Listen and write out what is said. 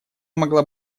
могла